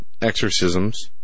exorcisms